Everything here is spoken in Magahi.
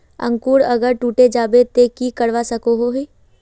अंकूर अगर टूटे जाबे ते की करवा सकोहो ही?